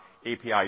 API